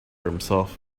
himself